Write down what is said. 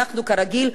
כרגיל,